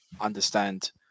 understand